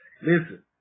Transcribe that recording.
Listen